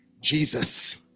Jesus